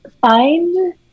find